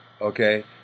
okay